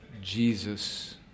Jesus